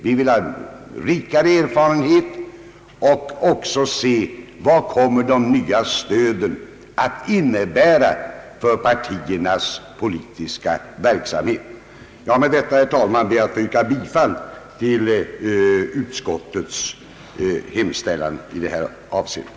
Vi vill ha rikare erfarenhet och vi vill också se vad de nya stöden kommer att innebära för partiernas politiska verksamhet. Med detta, herr talman, ber jag att få yrka bifall till utskottets hemställan i detta avseende.